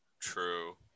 True